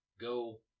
Go